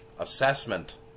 assessment